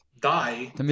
die